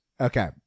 Okay